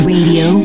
Radio